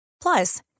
Plus